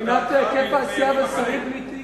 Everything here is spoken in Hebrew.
מבחינת היקף העשייה ושרים בלי תיק.